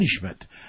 punishment